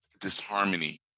disharmony